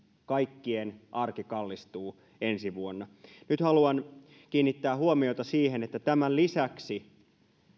kaikkien arki kallistuu ensi vuonna nyt haluan kiinnittää huomiota siihen että tämän lisäksi